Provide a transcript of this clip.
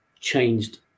changed